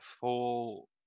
full